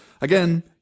again